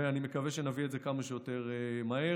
ואני מקווה שנביא את זה כמה שיותר מהר.